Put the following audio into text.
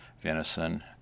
venison